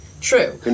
true